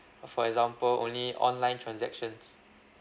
for example only online transactions